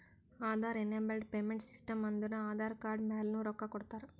Aadhaar enabled payment system ಅಂದುರ್ Aadhaar card ಮ್ಯಾಲನು ರೊಕ್ಕಾ ಕೊಡ್ತಾರ